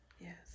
Yes